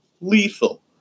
lethal